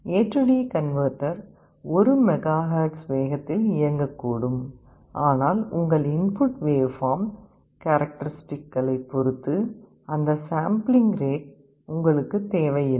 ஏடி converter 1 mega hertz வேகத்தில் இயங்கக்கூடும் ஆனால் உங்கள் இன்புட் வேவ்பார்ம் காரக்டரிஸ்டிக்குகளைப் பொறுத்து அந்த சாம்பிளிங் ரேட் உங்களுக்குத் தேவையில்லை